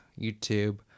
YouTube